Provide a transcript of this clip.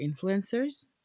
influencers